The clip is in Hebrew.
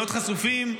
להיות חשופים,